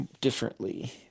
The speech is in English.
differently